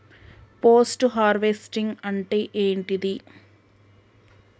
Post harvesting అంటే ఏంటిది?